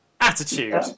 attitude